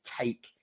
take